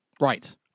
Right